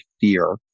fear